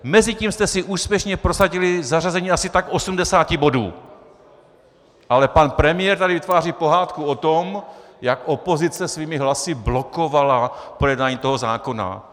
Mezitím jste si úspěšně prosadili zařazení asi tak 80 bodů, ale pan premiér tady vytváří pohádku o tom, jak opozice svými hlasy blokovala projednávání toho zákona.